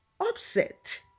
upset